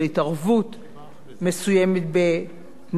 מסוימת בתנאי השוק החופשי,